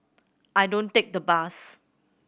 I don't take the bus